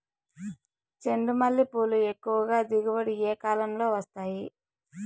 చెండుమల్లి పూలు ఎక్కువగా దిగుబడి ఏ కాలంలో వస్తాయి